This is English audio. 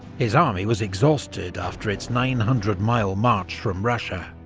his army was exhausted after its nine hundred mile march from russia.